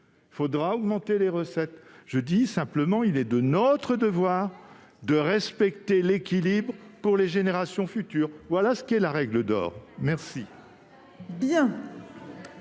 d'augmenter les recettes. Je dis simplement qu'il est de notre devoir de respecter l'équilibre pour les générations futures. Voilà ce qu'est la règle d'or. Je